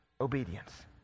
obedience